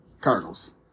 Cardinals